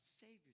Savior